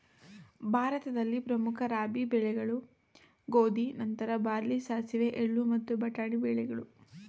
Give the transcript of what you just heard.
ಭಾರತದಲ್ಲಿ ಪ್ರಮುಖ ರಾಬಿ ಬೆಳೆಗಳು ಗೋಧಿ ನಂತರ ಬಾರ್ಲಿ ಸಾಸಿವೆ ಎಳ್ಳು ಮತ್ತು ಬಟಾಣಿ ಬೆಳೆಗಳು